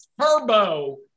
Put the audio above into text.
turbo